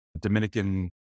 Dominican